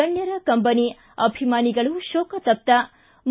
ಗಣ್ಯರ ಕಂಬನಿ ಅಭಿಮಾನಿಗಳು ಶೋಕತಪ್ತ ು